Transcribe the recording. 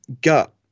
gut